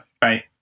bye